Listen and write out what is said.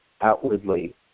outwardly